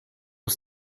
ist